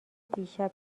دیشب